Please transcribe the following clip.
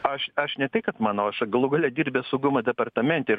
aš aš ne tai kad manau aš galų gale dirbęs saugumo departamente ir